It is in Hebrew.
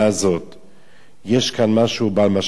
יש כאן משהו בעל משמעות רוחנית חזקה מאוד.